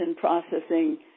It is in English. processing